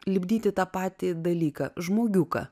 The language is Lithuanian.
lipdyti tą patį dalyką žmogiuką